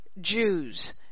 Jews